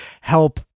help